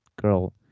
girl